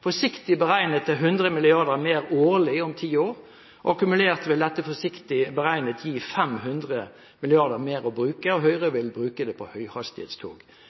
forsiktig beregnet til 100 mrd. mer årlig om ti år. Akkumulert vil dette forsiktig beregnet gi 500 mrd. kr mer å bruke, og Høyre vil bruke det på